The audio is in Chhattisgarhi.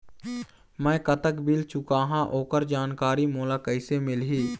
मैं कतक बिल चुकाहां ओकर जानकारी मोला कइसे मिलही?